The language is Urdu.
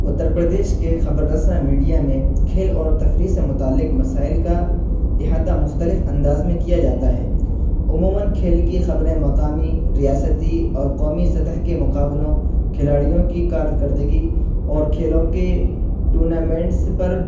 اتّر پردیش کے خبر رساں میڈیا میں کھیل اور تفریح سے متعلق مسائل کا احاطہ مختلف انداز میں کیا جاتا ہے عموماً کھیل کی خبریں مقامی ریاستی اور قومی سطح کے مقابلوں کھلاڑیوں کی کاردکردگی اور کھیلوں کے ٹورنامنٹس پر